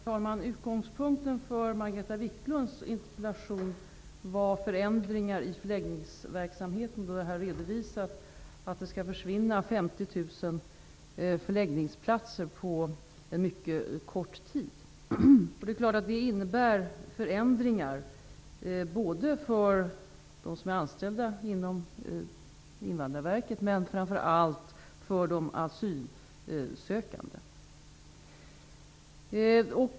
Herr talman! Utgångspunkten för Margareta 50 000 förläggningsplatser skall försvinna under en mycket kort tid. Det innebär självfallet förändringar både för de anställda på Invandrarverket och framför allt för de asylsökande.